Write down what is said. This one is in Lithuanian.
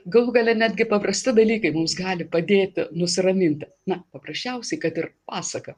galų gale netgi paprasti dalykai mums gali padėti nusiraminti na paprasčiausiai kad ir pasaka